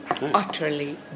utterly